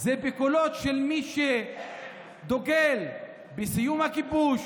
זה בקולות של מי שדוגל בסיום הכיבוש,